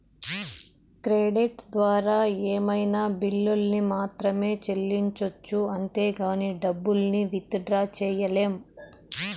credit ద్వారా ఏమైనా బిల్లుల్ని మాత్రమే సెల్లించొచ్చు అంతేగానీ డబ్బుల్ని విత్ డ్రా సెయ్యలేం